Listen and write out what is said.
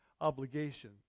obligation